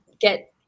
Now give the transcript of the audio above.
get